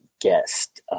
guest